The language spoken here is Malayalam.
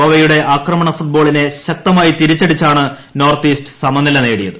ഗോവയുടെ ആക്രമണ ഫുട്ബോളിനെ ശക്തമായി തിരിച്ചടിച്ചാണ് നോർത്ത് ഈസ്റ്റ് സമനിലനേടിയത്